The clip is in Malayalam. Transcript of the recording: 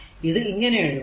ഇത് ഇങ്ങനെ എഴുതാം